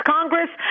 Congress